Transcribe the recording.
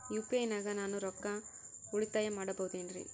UPI ನಾಗ ನಾನು ರೊಕ್ಕ ಉಳಿತಾಯ ಮಾಡಬಹುದೇನ್ರಿ?